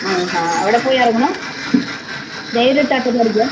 ആ ആ അവിടെ പോയി ഇറങ്ങണോ നേരിട്ട് അട്ടപ്പാടിക്കാണോ